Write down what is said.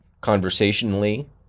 conversationally